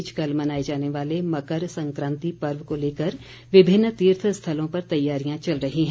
इस बीच कल मनाए जाने वाले मकर संक्रांति पर्व को लेकर विभिन्न तीर्थ स्थलों पर तैयारियां चल रही है